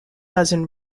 dozen